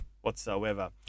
whatsoever